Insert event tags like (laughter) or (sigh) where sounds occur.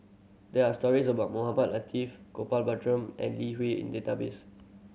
there are stories about Mohamed Latiff Gopal (unintelligible) and Lee Hui in database